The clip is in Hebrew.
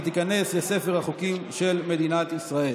ותיכנס לספר החוקים של מדינת ישראל.